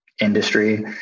industry